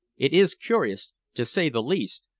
it is curious, to say the least,